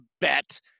bet